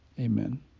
Amen